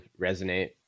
resonate